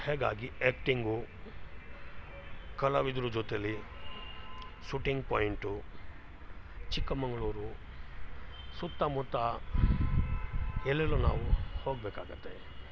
ಹೀಗಾಗಿ ಆ್ಯಕ್ಟಿಂಗು ಕಲಾವಿದರು ಜೊತೆಲಿ ಸುಟಿಂಗ್ ಪೋಯಿಂಟು ಚಿಕ್ಕಮಗಳೂರು ಸುತ್ತ ಮುತ್ತ ಎಲ್ಲೆಲ್ಲೊ ನಾವು ಹೋಗಬೇಕಾಗುತ್ತೆ